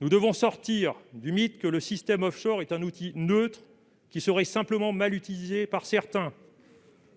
Nous devons sortir du mythe selon lequel le système offshore est un outil neutre, simplement mal utilisé par certains. En